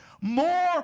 more